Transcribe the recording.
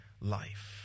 life